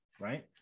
right